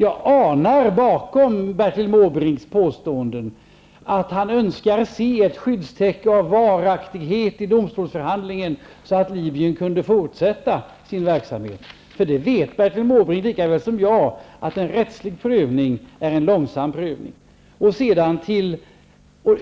Jag anar bakom Bertil Måbrinks påståenden att han önskar se ett skyddstäcke av varaktighet i domstolsförhandlingen så att Libyen kunde fortsätta sin verksamhet. Bertil Måbrink vet ju lika väl som jag att en rättslig prövning är en långsam prövning.